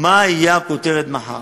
מה תהיה הכותרת מחר,